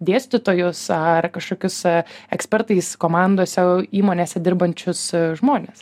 dėstytojus ar kažkokius ekspertais komandose įmonėse dirbančius žmones